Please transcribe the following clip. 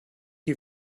you